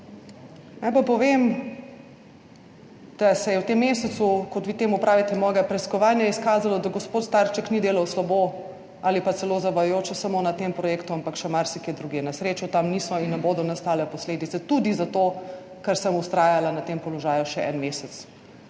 Naj pa povem, da se je v tem mesecu, kot vi temu pravite, mojega preiskovanja izkazalo, da gospod Starček ni delal slabo ali pa celo zavajajoče samo na tem projektu, ampak še marsikje drugje. Na srečo tam niso in ne bodo nastale posledice, tudi zato, ker sem vztrajala na tem položaju še en mesec,